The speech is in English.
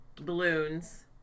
balloons